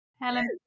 Helen